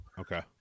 Okay